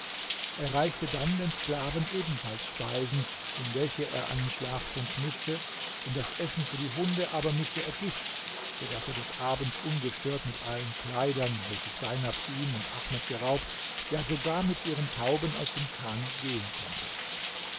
reichte dann den sklaven ebenfalls speisen in welche er einen schlaftrunk mischte in das essen für die hunde aber mischte er gift so daß er des abends ungestört mit allen kleidern welche seinab ihm und ahmed geraubt ja sogar mit ihren tauben aus dem chan gehen konnte